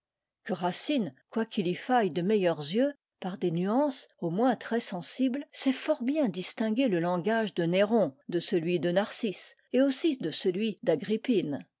que racine quoiqu'il y faille de meilleurs yeux par des nuances au moins très sensibles sait fort bien distinguer le langage de néron de celui de narcisse et aussi de celui d'agrippine